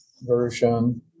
version